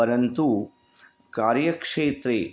परन्तु कार्यक्षेत्रे